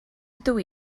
ydw